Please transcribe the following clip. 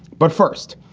but first,